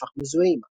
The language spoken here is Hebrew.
והפך מזוהה עמה.